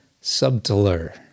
subtler